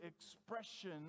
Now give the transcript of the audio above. expression